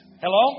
Hello